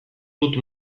dut